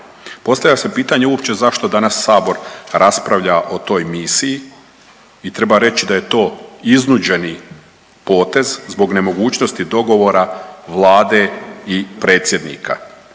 Postavlja se pitanje uopće zašto danas sabor raspravlja o toj misiji? I treba reći da je to iznuđeni potez zbog nemogućnosti dogovora Vlade i Predsjednika.